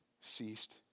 ceased